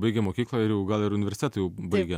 baigė mokyklą ir jau gal ir universitetą jau baigė